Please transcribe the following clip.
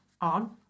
on